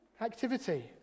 activity